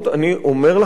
אני אומר לכם,